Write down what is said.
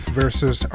versus